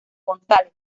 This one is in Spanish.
gonzález